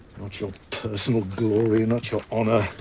not your personal glory, and not your honor,